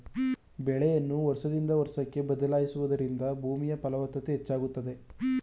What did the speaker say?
ಬೆಳೆಯನ್ನು ವರ್ಷದಿಂದ ವರ್ಷಕ್ಕೆ ಬದಲಾಯಿಸುವುದರಿಂದ ಭೂಮಿಯ ಫಲವತ್ತತೆ ಹೆಚ್ಚಾಗುತ್ತದೆ